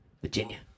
Virginia